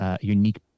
unique